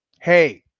hey